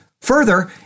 Further